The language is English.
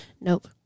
Nope